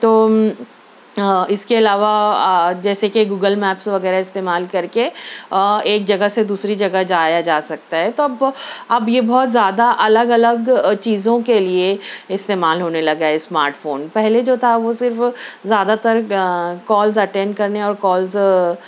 تو اس کے علاوہ آ جیسے کہ گوگل میپس وغیرہ استعمال کر کے آ ایک جگہ سے دوسری جگہ جایا جا سکتا ہے تو اب اب یہ بہت زیادہ الگ الگ چیزوں کے لیے استعمال ہونےلگا ہے اسمارٹ فون پہلے جو تھا وہ صرف زیادہ تر کال اٹینڈ کرنے اور کالز